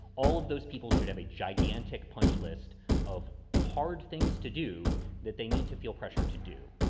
all of those people should have a gigantic punch list of hard things to do that they need to feel pressured to do.